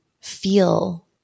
feel